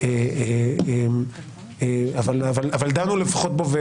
אמרו את זה אחרים מה שיש לנו פה על השולחן,